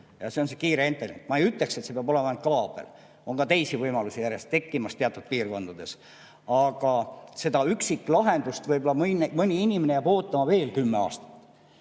ja see on see kiire internet. Ma ei ütle, et see peab olema ainult kaabel, on ka teisi võimalusi järjest tekkimas teatud piirkondades. Seda üksiklahendust võib-olla mõni inimene jääb ootama veel kümme aastat.